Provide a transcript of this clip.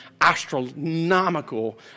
astronomical